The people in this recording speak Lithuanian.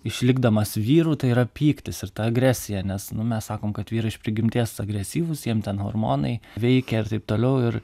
išlikdamas vyru tai yra pyktis ir ta agresija nes nu mes sakome kad vyrai iš prigimties agresyvūs jiem hormonai veikia ir taip toliau ir